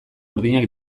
urdinak